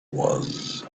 was